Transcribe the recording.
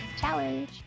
challenge